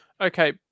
Okay